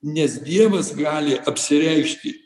nes dievas gali apsireikšti